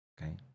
okay